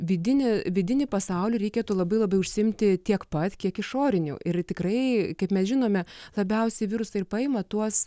vidinį vidinį pasaulį reikėtų labai labai užsiimti tiek pat kiek išoriniu ir tikrai kaip mes žinome labiausiai virusai ir paima tuos